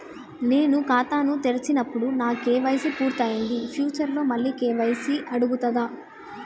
నేను ఖాతాను తెరిచినప్పుడు నా కే.వై.సీ పూర్తి అయ్యింది ఫ్యూచర్ లో మళ్ళీ కే.వై.సీ అడుగుతదా?